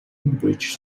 woodbridge